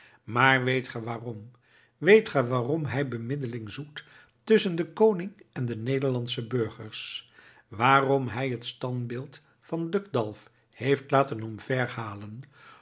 maar weet ge waarom weet ge waarom hij bemiddeling zoekt tusschen den koning en de nederlandsche burgers waarom hij het standbeeld van duc d'alv heeft laten omver halen